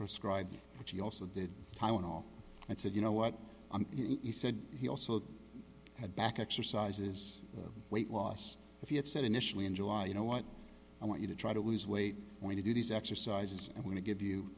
prescribed which he also did tylenol and said you know what he said he also had back exercises weight loss if he had said initially in july you know what i want you to try to lose weight when you do these exercises i'm going to give you